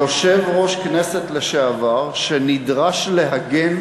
יושב-ראש כנסת לשעבר שנדרש להגן